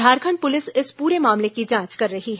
Jharkhand police इस पूरे मामले की जांच कर रही है